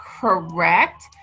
correct